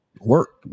work